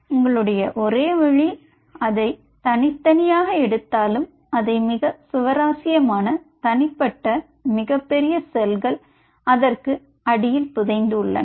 உங்களுடைய ஒரே வழி அதை தனித்தனியாக எடுத்தாலும் அதை மிக சுவாரசியமான தனிப்பட்ட மிகப்பெரிய செல்கள் அதற்கு அடியில் புதைந்து உள்ளன